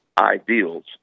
ideals